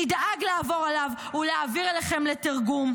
נדאג לעבור עליו ולהעביר אליכם לתרגום.